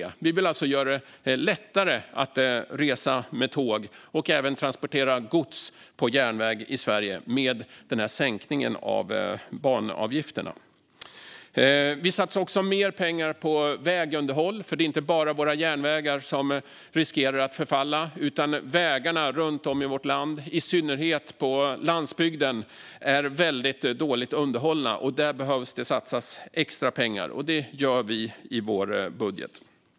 Genom denna sänkning vill vi göra det lättare att resa med tåg och även att transportera gods på järnväg i Sverige. Vi satsar också mer pengar på vägunderhåll. Det är nämligen inte bara våra järnvägar som riskerar att förfalla. Vägarna runt om i vårt land, i synnerhet på landsbygden, är också väldigt dåligt underhållna. Där behöver det satsas mer pengar, och det gör vi i vår budget.